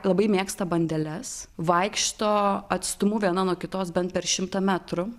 labai mėgsta bandeles vaikšto atstumu viena nuo kitos bent per šimtą metrų